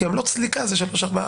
כי עמלות סליקה זה 3%-4%.